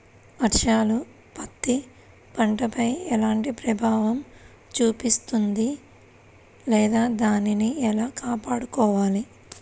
వర్షాలు పత్తి పంటపై ఎలాంటి ప్రభావం చూపిస్తుంద లేదా దానిని ఎలా కాపాడుకోవాలి?